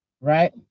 right